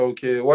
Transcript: Okay